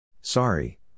Sorry